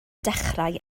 dechrau